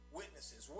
witnesses